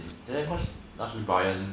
say 那时 brian